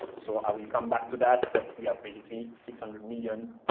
so i will come back to that. but we are basically six hundred million,